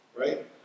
right